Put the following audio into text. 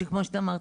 שכמו שאת אמרת,